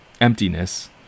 emptiness